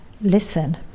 listen